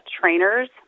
trainers